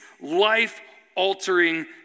life-altering